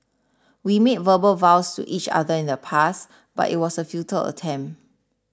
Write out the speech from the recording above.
we made verbal vows to each other in the past but it was a futile attempt